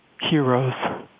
Heroes